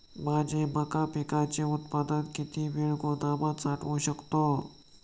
माझे मका पिकाचे उत्पादन किती वेळ गोदामात साठवू शकतो?